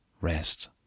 rest